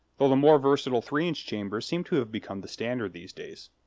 though the more versatile three and chambers seem to have become the standard these days.